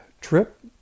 trip